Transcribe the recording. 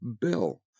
Bill